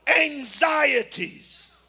anxieties